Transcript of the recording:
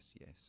yes